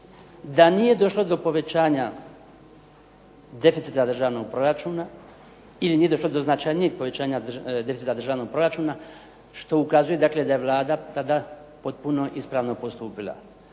da nije došlo do povećanja deficita državnog proračuna ili nije došlo do značajnijeg povećanja deficita državnog proračuna što ukazuje, dakle da je Vlada tada potpuno ispravno postupila.